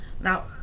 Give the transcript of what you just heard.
Now